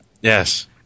Yes